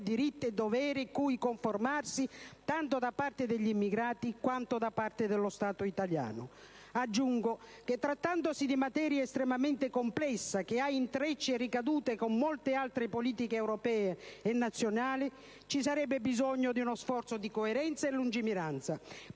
diritti e doveri cui conformarsi, tanto da parte degli immigrati quanto da parte dello Stato italiano. Aggiungo che, trattandosi di materia estremamente complessa, che ha intrecci e ricadute con molte altre politiche europee e nazionali, ci sarebbe bisogno di uno sforzo di coerenza e lungimiranza.